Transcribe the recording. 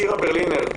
שירה ברלינר,